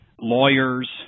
lawyers